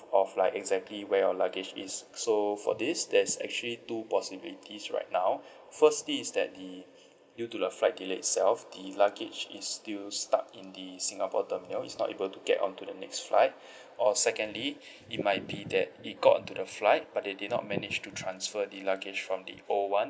of like exactly where your luggage is so for this there's actually two possibilities right now firstly is that the due to the flight delay itself the luggage is still stuck in the singapore terminal it's not able to get on to the next flight or secondly it might be that it got on to the flight but they did not manage to transfer the luggage from the old one